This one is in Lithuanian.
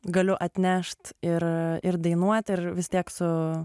galiu atnešt ir ir dainuot ir vis tiek su